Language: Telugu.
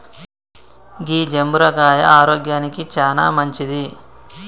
గీ జంబుర కాయ ఆరోగ్యానికి చానా మంచింది